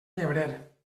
llebrer